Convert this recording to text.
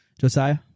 Josiah